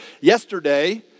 Yesterday